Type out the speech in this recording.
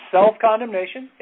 Self-condemnation